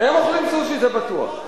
הם אוכלים סושי, זה בטוח.